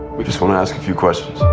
we just wanna ask a few questions